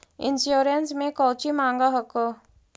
Insurance मे कौची माँग हको?